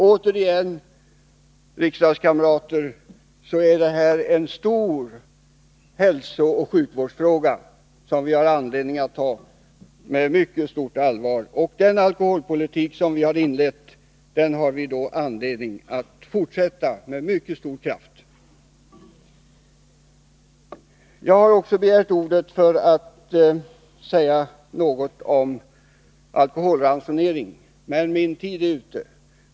Återigen, riksdagskamrater: Detta är en stor hälsooch sjukvårdsfråga, som vi har anledning att ta med mycket stort allvar. Den alkoholpolitik som vi har inlett har vi anledning att fortsätta med mycket stor kraft. Jag hade begärt ordet för att också säga något om alkoholransonering, men min taletid är snart ute.